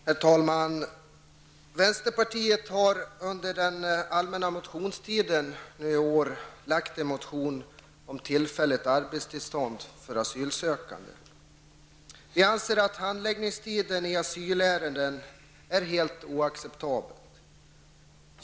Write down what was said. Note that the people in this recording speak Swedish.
Herr talman! Vänsterpartiet har under den allmänna motionstiden i år väckt en motion om tillfälliga arbetstillstånd för asylsökande. Vi anser att handläggningstiden i asylärenden är helt oacceptabel.